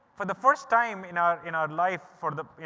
for the first time in our in our life for the, you